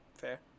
Fair